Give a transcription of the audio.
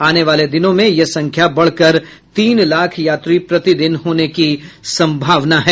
आने वाले दिनों में यह संख्या बढ़कर तीन लाख यात्री प्रतिदिन होने की संभावना है